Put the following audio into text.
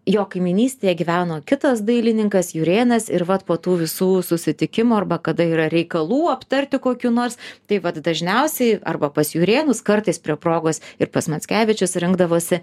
jo kaimynystėje gyveno kitas dailininkas jurėnas ir vat po tų visų susitikimų arba kada yra reikalų aptarti kokių nors tai vat dažniausiai arba pas jurėnus kartais prie progos ir pas mackevičius rinkdavosi